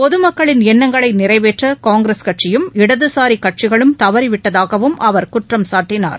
பொதுமக்களின் எண்ணங்களை நிறைவேற்ற காங்கிரஸ் கட்சியும் இடதுசாரி கட்சிகளும் தவறிவிட்டதாகவும் அவர் குற்றம்சாட்டினார்